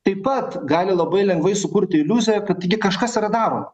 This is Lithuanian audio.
taip pat gali labai lengvai sukurti iliuziją kad kažkas yra daroma